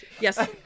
Yes